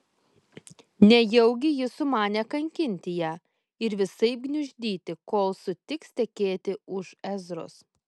nejaugi jis sumanė kankinti ją ir visaip gniuždyti kol sutiks tekėti už ezros